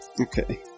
Okay